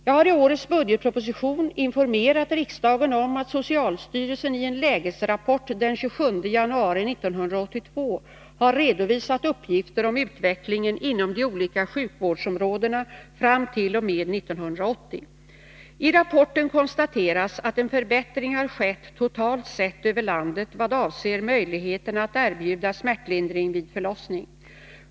Jag har i årets budgetproposition informerat riksdagen om att socialstyrelsen i en lägesrapport den 27 januari 1982 har redovisat uppgifter om utvecklingen inom de olika sjukvårdsområdena fram t.o.m. 1980. I rapporten konstateras att en förbättring har skett totalt sett över landet vad avser möjligheterna att erbjuda smärtlindring vid förlossning.